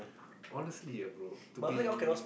honestly ah bro to be